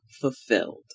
fulfilled